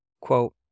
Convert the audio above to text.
Quote